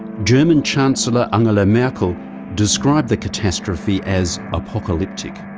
german chancellor angela merkel described the catastrophe as apocalyptic.